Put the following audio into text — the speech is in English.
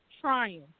trying